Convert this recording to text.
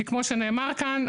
כי כמו שנאמר כאן,